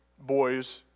boys